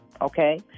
okay